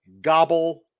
gobble